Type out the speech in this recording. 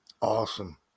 Awesome